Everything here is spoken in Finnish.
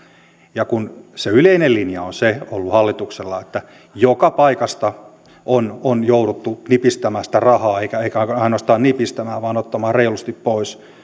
ja kun se yleinen linja on ollut hallituksella se että joka paikasta on on jouduttu nipistämään sitä rahaa eikä ainoastaan nipistämään vaan ottamaan reilusti pois